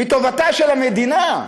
מטובתה של המדינה,